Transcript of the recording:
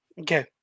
okay